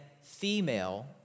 female